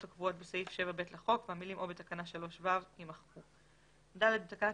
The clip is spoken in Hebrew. הקבועות בסעיף 7ב לחוק" והמילים "או בתקנה 3ו" יימחקו.